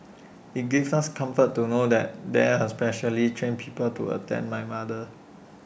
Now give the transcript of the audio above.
IT gives us comfort to know that there has specially trained people to attend my mother